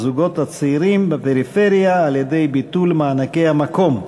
ובזוגות הצעירים בפריפריה על-ידי ביטול מענקי המקום.